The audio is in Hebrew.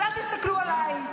אז אל תסתכלו עליי,